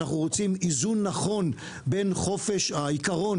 אנחנו רוצים איזון נכון בין העיקרון,